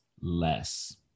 less